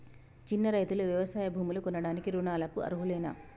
చిన్న రైతులు వ్యవసాయ భూములు కొనడానికి రుణాలకు అర్హులేనా?